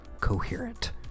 coherent